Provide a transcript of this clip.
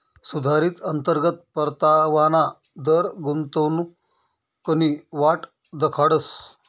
सुधारित अंतर्गत परतावाना दर गुंतवणूकनी वाट दखाडस